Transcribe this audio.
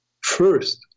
First